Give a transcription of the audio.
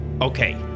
Okay